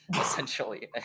essentially